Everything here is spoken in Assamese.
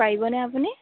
পাৰিবনে আপুনি